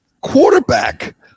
quarterback